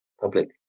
public